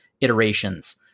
iterations